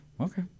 Okay